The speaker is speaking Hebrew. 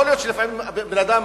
יכול להיות שלפעמים בן-אדם,